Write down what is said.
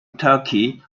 turkey